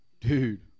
Dude